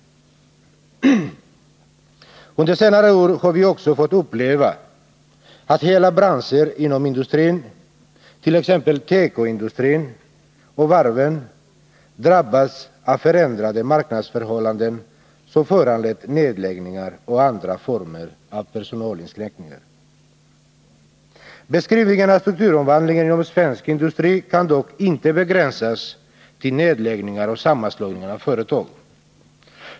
Under senare år har vi också fått uppleva att hela branscher inom industrin, t .ex. tekoindustrin och varven, drabbats av förändrade marknadsförhållanden, som föranlett nedläggningar och andra former av personalinskränkningar. Beskrivningen av strukturomvandlingen inom svensk industri kan dock inte begränsas till nedläggningar och sammanslagningar av företag.